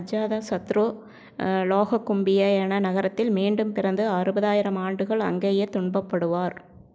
அஜாதசத்ரு லோஹகும்பிய என நரகத்தில் மீண்டும் பிறந்து அறுபதாயிரம் ஆண்டுகள் அங்கேயே துன்பப்படுவார்